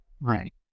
Right